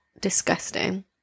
disgusting